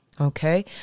Okay